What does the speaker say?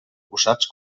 usats